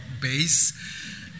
base